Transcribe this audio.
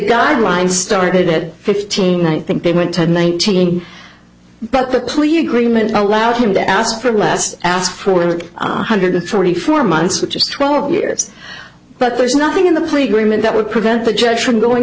guidelines started fifteen i think they went to nineteen but the plea agreement allowed him to ask for less ask for a hundred forty four months which is twelve years but there's nothing in the plea agreement that would prevent the judge from going